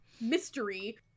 mystery